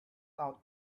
out